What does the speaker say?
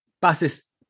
passes